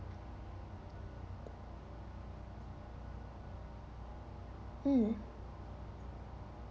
um